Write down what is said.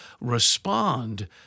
respond